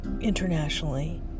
internationally